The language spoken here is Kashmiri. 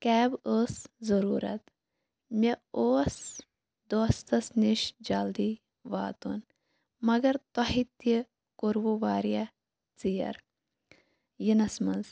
کیب ٲس ضروٗرت مےٚ اوس دوستَس نِش جلدی واتُن مگر تۄہہِ تہِ کوٚروٕ واریاہ ژیر یِنَس مَنٛز